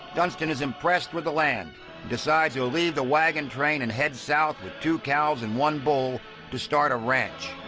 dunston is impressed with the land and decides he'll leave the wagon train and head south with two cows and one bull to start a ranch.